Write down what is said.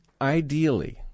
ideally